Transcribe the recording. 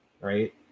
right